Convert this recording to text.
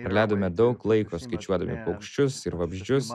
ir leidome daug laiko skaičiuodami paukščius ir vabzdžius